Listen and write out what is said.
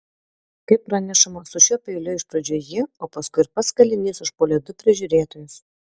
kaip pranešama su šiuo peiliu iš pradžių ji o paskui ir pats kalinys užpuolė du prižiūrėtojus